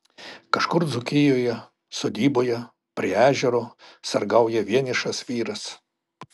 kažkur dzūkijoje sodyboje prie ežero sargauja vienišas vyras